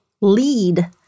lead